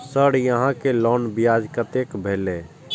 Sir यहां के loan ब्याज कतेक भेलेय?